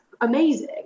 amazing